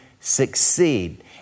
succeed